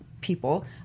people